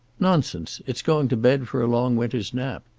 nonsense. it's going to bed for a long winter's nap.